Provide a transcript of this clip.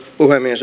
puhemies